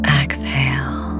exhale